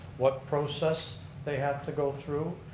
what process they have to go through,